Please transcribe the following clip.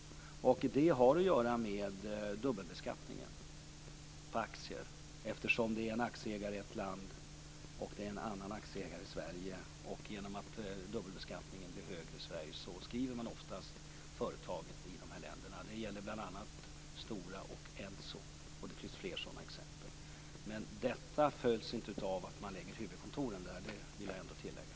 Det har att göra med dubbelbeskattningen på aktier. Det är en aktieägare i ett land och en annan aktieägare i Sverige, och genom att dubbelbeskattningen blir högre i Sverige skriver man ofta företaget i de här länderna. Det gäller bl.a. Stora och Enso, och det finns fler sådana exempel. Men detta följs inte av att man lägger huvudkontoren där, det vill jag ändå tillägga.